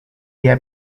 dia